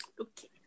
Okay